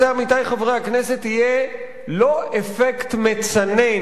עמיתי חברי הכנסת יהיה לא אפקט מצנן,